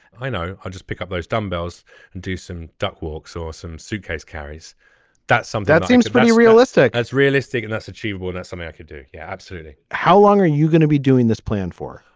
i know i'll just pick up those dumbbells and do some duck walks or some suitcase carries that some. that seems pretty realistic. that's realistic and that's achievable. that's something i i could do. yeah absolutely. how long are you gonna be doing this plan for.